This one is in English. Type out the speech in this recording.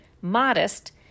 modest